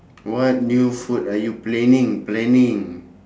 what new food are you planning planning